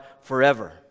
forever